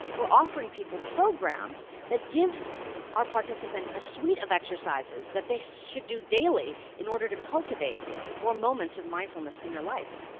we're offering people programs that give our participants a suite of exercises that they should do daily in order to cultivate more moments of mindfulness in their life.